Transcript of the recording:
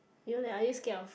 you leh are you scared of